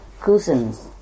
Cousins